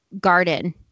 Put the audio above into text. garden